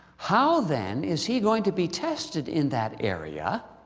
how then is he going to be tested in that area,